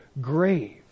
grave